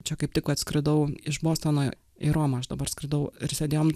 čia kaip tik vat skridau iš bostono į romą aš dabar skridau ir sėdėjom